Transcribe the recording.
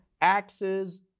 axes